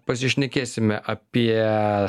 pasišnekėsime apie